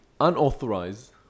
unauthorized